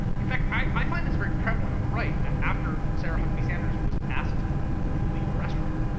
in fact, i find this very prevalent on the right after sarah huckabee sanders was asked to leave a restaurant.